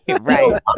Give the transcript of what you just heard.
right